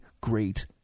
great